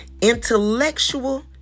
intellectual